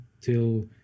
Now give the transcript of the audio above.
till